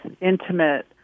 intimate